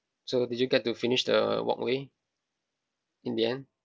so did you get to finish the walkway in the end